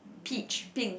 peach pink